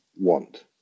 want